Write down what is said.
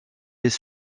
les